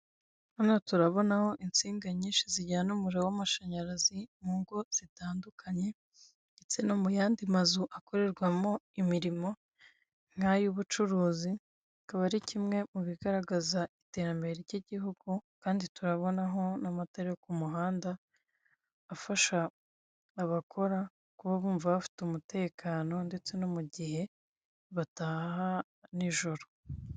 Hano turabonaho insinga nyinshi zijyana umuriro w'amashanyarazi mu ngo zitandukanye, ndetse no mu y'andi mazu akorerwamo imirimo nk'ay'ubucuruzi akaba ari kimwe mu bigaragaza iterambere ry'igihugu kandi turabonaho n'amatara yo k'umuhanda afasha abakora kuba bumva bafite umutekano ndetse no mu gihe bataha n'ijoro.